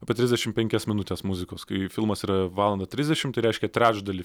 apie trisdešim penkias minutes muzikos kai filmas yra valanda trisdešimt tai reiškia trečdalį